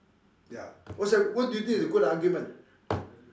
ya what's that what do you think is a good argument